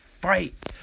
fight